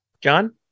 John